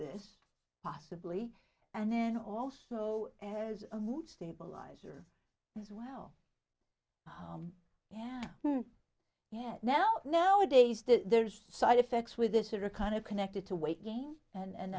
this possibly and then also has a mood stabilizer yes well yeah yeah now nowadays there's side effects with this are kind of connected to weight gain and